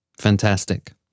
Fantastic